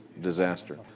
disaster